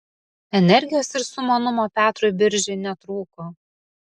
energijos ir sumanumo petrui biržiui netrūko